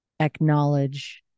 acknowledge